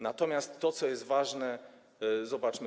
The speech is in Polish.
Natomiast to, co jest ważne, zobaczmy.